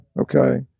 Okay